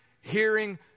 hearing